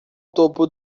topo